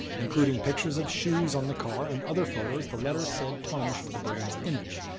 including pictures of shoes on the car and other photos. the letter said, tarnished the brand's image.